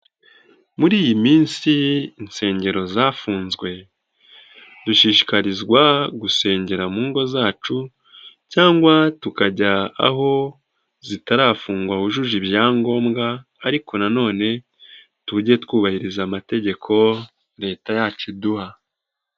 Muri iyi minsi insengero zafunzwe dushishikarizwa gusengera mu ngo zacu cyangwa tukajya aho zitarafungwa hujuje ibyangombwa ariko nanone tujye twubahiriza amategeko Leta yacu iduha.